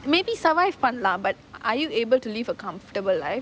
maybe survive பண்ணலாம்:pannalaam lah but are you able to live a comfortable life